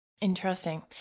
Interesting